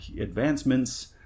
advancements